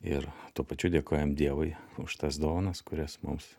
ir tuo pačiu dėkojam dievui už tas dovanas kurias mums